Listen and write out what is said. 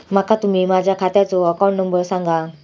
माका तुम्ही माझ्या खात्याचो अकाउंट नंबर सांगा?